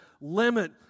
limit